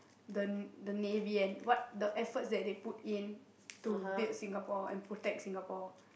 the the naval what the efforts that they put in to build Singapore and protect Singapore